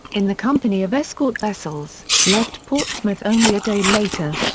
in the company of escort vessels, left portsmouth only a day later.